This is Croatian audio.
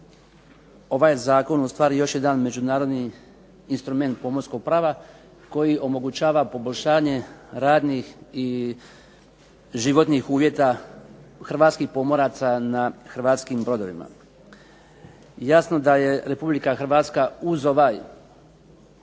ovaj zakon ustvari još jedan međunarodni instrument pomorskog prava koji omogućava poboljšanje radnih i životnih uvjeta hrvatskih pomoraca na hrvatskim brodovima. Jasno da je Republika Hrvatska uz ovaj